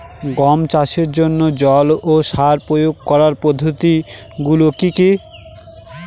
গম চাষের জন্যে জল ও সার প্রয়োগ করার পদ্ধতি গুলো কি কী?